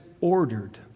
ordered